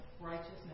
righteousness